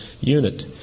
unit